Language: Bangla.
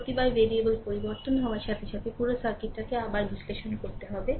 প্রতিবার ভেরিয়েবল পরিবর্তন হওয়ার সাথে সাথে পুরো সার্কিটটিকে আবার বিশ্লেষণ করতে হবে